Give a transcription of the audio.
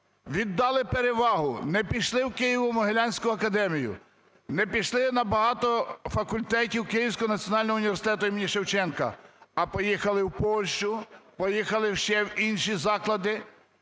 віддали перевагу, не пішли в Києво-Могилянську академію, не пішли набагато факультетів Київського національного університету імені Шевченка, а поїхали в Польщу, поїхали ще в інші заклади.